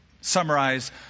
summarize